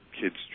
kids